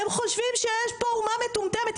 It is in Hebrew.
הם חושבים שיש פה אומה מטומטמת,